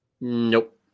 Nope